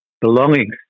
belongings